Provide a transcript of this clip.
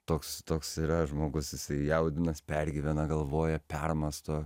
toks toks yra žmogus susijaudina pergyvena galvoja permąsto